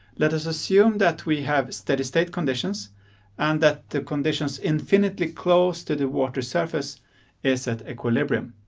let us assume that we have steady state conditions and that the conditions infinitely close to the water surface is at equilibrium.